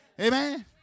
Amen